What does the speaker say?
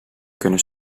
kunnen